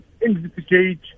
investigate